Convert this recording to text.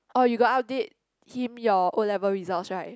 orh you got update him your O-level results right